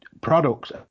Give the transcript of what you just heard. products